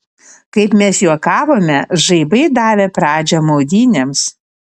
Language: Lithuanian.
kaip mes juokavome žaibai davė pradžią maudynėms